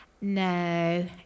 no